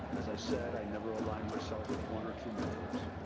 as i said, i never aligned myself with one or two mentors.